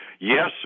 yes